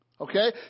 Okay